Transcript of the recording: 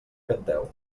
canteu